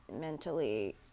mentally